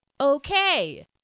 Okay